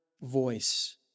voice